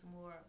more